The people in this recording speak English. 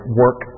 work